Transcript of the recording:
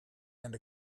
and